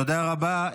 תודה רבה.